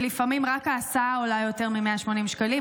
כי לפעמים רק ההסעה עולה יותר מ-180 שקלים.